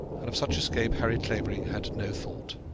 and of such escape harry clavering had no thought.